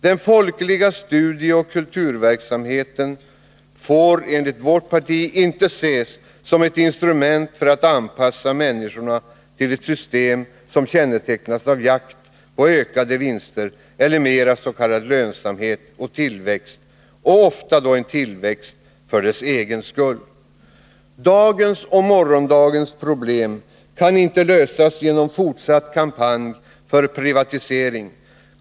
Den folkliga studieoch kulturverksamheten får enligt vårt parti inte ses som ett instrument för att anpassa människorna till ett system som kännetecknas av jakt på ökade vinster eller mera s.k. lönsamhet och tillväxt, ofta tillväxt för dess egen skull. Dagens och morgondagens problem kan inte lösas genom fortsatt kampanj för privatisering.